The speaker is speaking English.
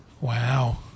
Wow